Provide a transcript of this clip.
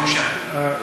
ב-2003, אדוני השר, הוגשה.